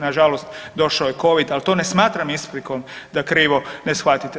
Nažalost došao je Covid, ali to ne smatram isprikom da krivo ne shvatite.